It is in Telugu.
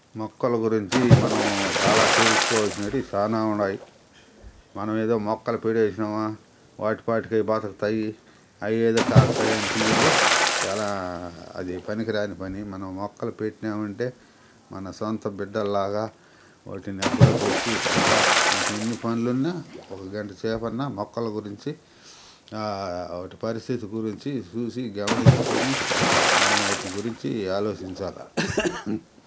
మొక్కల గురించి మనం చాలా తెలుసుకోవాల్సినటివి చానా ఉండాయి మనము ఏదో మొక్కలు పెట్టేసినామా వాటిపాటికి అవి బతుకుతాయి అవి ఏదో కాస్తాయి అనుకునేదే చానా అది పనికిరాని పని అది మనం మొక్కలు పెట్టినామంటే మన సొంత బిడ్డలాగా వాటిని అప్పుడప్పుడు చూసుకుంటూ మనకి ఎన్ని పనులు ఉన్నా ఒక గంట సేపు అన్నా మొక్కల గురించి వాటి పరిస్థితి గురించి చూసి గమనించుకొని మనం వాటి గురించి ఆలోచించాలి